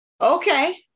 Okay